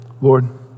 Lord